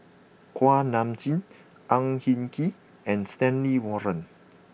Kuak Nam Jin Ang Hin Kee and Stanley Warren